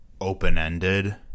open-ended